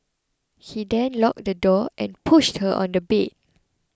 he then locked the door and pushed her on the bed